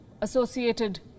associated